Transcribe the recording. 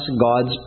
God's